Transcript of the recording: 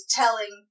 telling